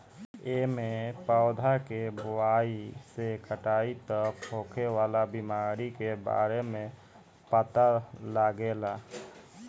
एमे पौधा के बोआई से कटाई तक होखे वाला बीमारी के बारे में पता लागेला